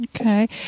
Okay